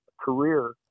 career